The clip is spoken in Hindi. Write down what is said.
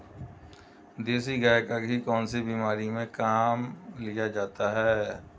देसी गाय का घी कौनसी बीमारी में काम में लिया जाता है?